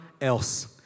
else